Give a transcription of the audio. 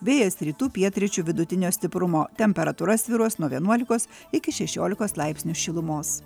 vėjas rytų pietryčių vidutinio stiprumo temperatūra svyruos nuo vienuolikos iki šešiolikos laipsnių šilumos